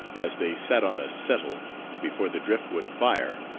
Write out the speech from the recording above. as they sat on a settle before the driftwood fire,